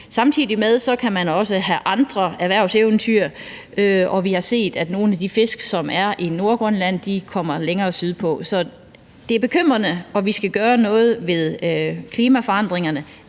Samtidig med kan man også have andre erhvervseventyr, og vi har set, at nogle af de fisk, som er i Nordgrønland, kommer længere sydpå. Så det er bekymrende, og vi skal gøre noget ved klimaforandringerne,